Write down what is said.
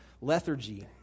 lethargy